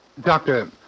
Doctor